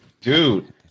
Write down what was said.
dude